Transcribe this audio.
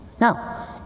Now